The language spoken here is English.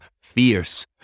fierce